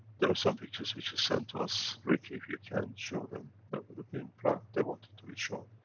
there are some pictures, which is sent to us. rick, if you can show them they would have been proud, they want it to be shown.